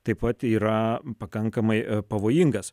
taip pat yra pakankamai pavojingas